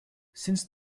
since